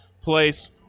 place